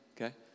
okay